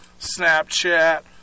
Snapchat